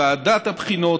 ועדת הבחינות,